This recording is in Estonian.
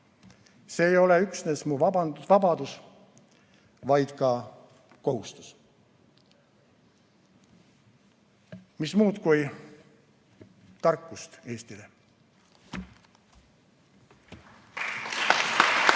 See ei ole üksnes mu vabadus, vaid ka kohustus. Mis muud, kui tarkust Eestile!